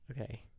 Okay